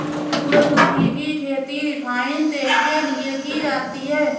सूरजमुखी की खेती रिफाइन तेल के लिए की जाती है